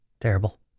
terrible